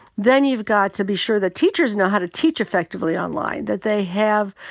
then you've got to be sure the teachers know how to teach effectively online. that they have,